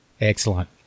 excellent